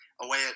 Away